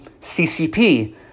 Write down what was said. CCP